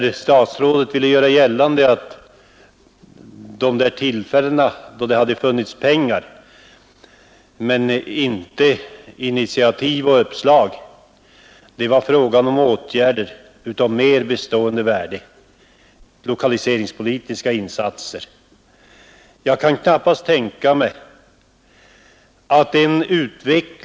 Statsrådet ville göra gällande att det vid de tillfällen, då det hade funnits pengar men inte initiativ och uppslag, hade varit fråga om åtgärder av bestående värde, lokaliseringspolitiska åtgärder.